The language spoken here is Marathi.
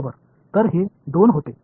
बरोबर तर हे 2 होते